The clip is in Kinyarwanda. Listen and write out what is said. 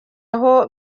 aho